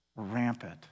rampant